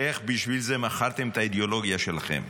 איך בשביל זה מכרתם את האידיאולוגיה שלכם.